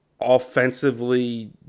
offensively